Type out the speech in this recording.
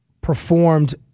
performed